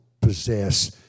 possess